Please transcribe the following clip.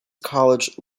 college